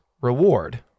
reward